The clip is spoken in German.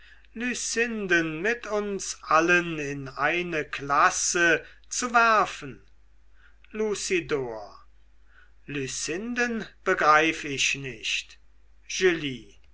mit uns allen in eine klasse zu werfen lucidor lucinden begreif ich nicht